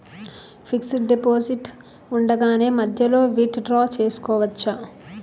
Fixed deposit ఉండగానే మధ్యలో withdraw చేసుకోవచ్చా?